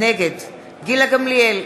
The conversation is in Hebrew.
נגד גילה גמליאל,